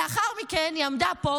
לאחר מכן היא עמדה פה,